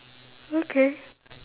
okay